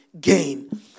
gain